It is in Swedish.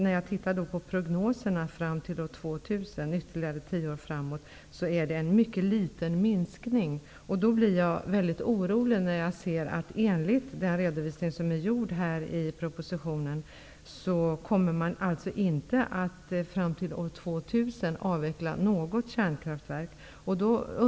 När jag tittar på prognoser till år 2000, ytterligare tio år framåt, finner jag en mycket liten minskning. Jag blir orolig. Enligt den redovisning som är gjord i propositionen kommer man alltså till år 2000 inte att avveckla något kärnkraftverk.